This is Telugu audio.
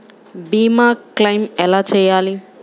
భీమ క్లెయిం ఎలా చేయాలి?